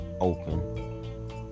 open